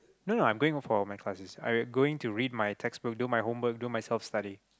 no no I'm going for all my classes I going to read my textbook do my homework do my self study